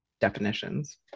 definitions